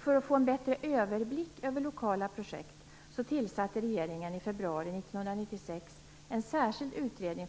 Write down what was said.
För att få en bättre överblick över lokala projekt tillsatte regeringen i februari 1996 , överlämnades i maj